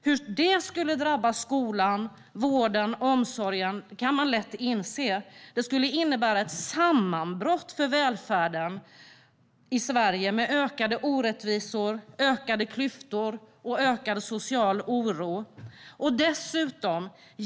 Hur det skulle drabba skolan, vården och omsorgen kan man lätt inse. Det skulle innebära ett sammanbrott för välfärden i Sverige med ökade orättvisor, ökade klyftor och ökad social oro.